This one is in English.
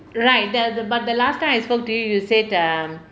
right the the but the last time I spoke to you you said um